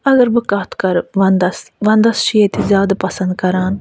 اَگر بہٕ کَتھ کَرٕ وَنٛدَس وَنٛدَس چھِ ییٚتہِ زیادٕ پَسنٛد کران